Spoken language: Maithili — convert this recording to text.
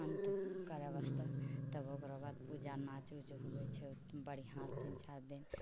अन्त करय वास्ते तऽ ओकरो बाद पूजा नाच वूच होइ छै बढ़िऑंसँ तीन चारि दिन